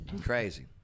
Crazy